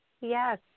yes